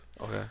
Okay